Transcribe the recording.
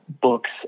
books